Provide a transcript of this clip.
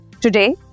Today